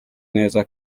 neza